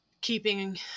keeping